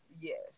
Yes